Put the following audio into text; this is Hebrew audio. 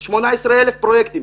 ל-18,000 פרויקטים?